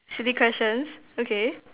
silly questions okay